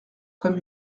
comme